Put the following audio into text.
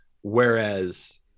Whereas